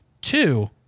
Two